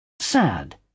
sad